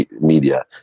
media